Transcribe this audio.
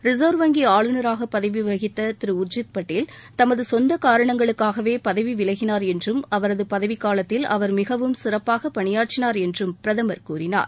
reserve வங்கி ஆளுநராக பதவி வகித்த திரு உர்ஜித் பட்டேல் தமது சொந்த காரணங்களுக்காகவே பதவி விலகினார் என்றும் அவரது பதவிக் காலத்தில் அவர் மிகவும் சிறப்பாக பணியாற்றினார் என்றும் பிரதமர் கூறினார்